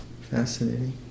fascinating